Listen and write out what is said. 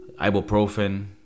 ibuprofen